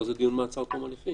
פה זה דיון מעצר עד תום ההליכים.